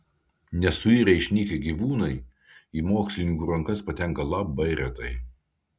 nesuirę išnykę gyvūnai į mokslininkų rankas patenka labai retai